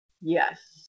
Yes